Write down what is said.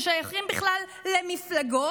ששייכים בכלל למפלגות,